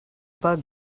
bug